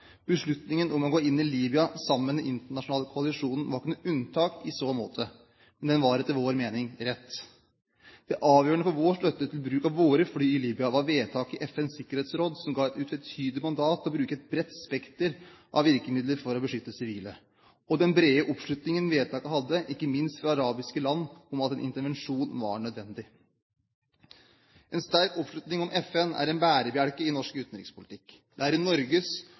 Beslutningen om å gå inn i Libya, sammen med den internasjonale koalisjonen, var ikke noe unntak i så måte, men den var etter vår mening rett. Det avgjørende for vår støtte til bruk av våre fly i Libya var vedtaket i FNs sikkerhetsråd, som ga et utvetydig mandat til å bruke et bredt spekter av virkemidler for å beskytte sivile, og den brede oppslutningen vedtaket hadde, ikke minst fra arabiske land, om at en intervensjon var nødvendig. En sterk oppslutning om FN er en bærebjelke i norsk utenrikspolitikk. Det er i Norges